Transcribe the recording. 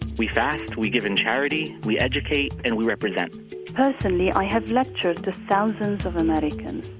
we fast, we give in charity, we educate, and we represent personally, i have lectured to thousands of americans.